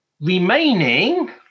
remaining